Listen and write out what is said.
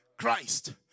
Christ